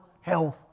health